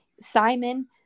Simon